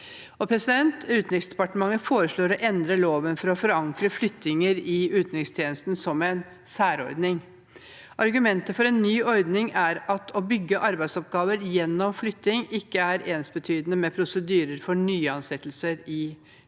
anbefalingene. Utenriksdepartementet foreslår å endre loven for å forankre flyttinger i utenrikstjenesten som en særordning. Argumentet for ny ordning er at å bygge arbeidsoppgaver gjennom flytting ikke er ensbetydende med prosedyrer for nyansettelser i ledige